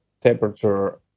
temperature